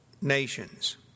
nations